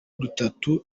dutatu